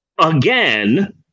again